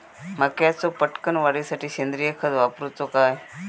मक्याचो पटकन वाढीसाठी सेंद्रिय खत वापरूचो काय?